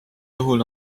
juhul